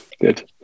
Good